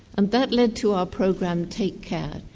and that led to our program take care,